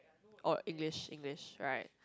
or English English right